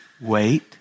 wait